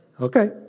Okay